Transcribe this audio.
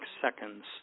seconds